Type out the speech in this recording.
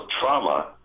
trauma